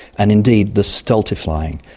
and indeed the stultifying,